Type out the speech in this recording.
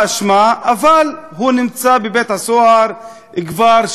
אבל הוא נמצא בבית-הסוהר כבר שישה חודשים.